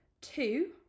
two